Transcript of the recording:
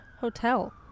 hotel